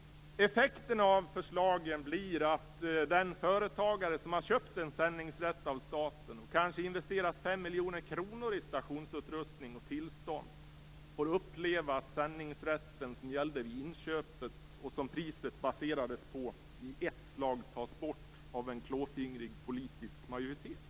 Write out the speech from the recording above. Effekten av förslagen blir att den företagare som har köpt en sändningsrätt av staten och kanske investerat 5 miljoner kronor i stationsutrustning och tillstånd, får uppleva att sändningsrätten som gällde vid inköpet och som priset baserades på i ett slag tas bort av en klåfingrig politisk majoritet.